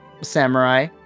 samurai